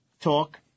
talk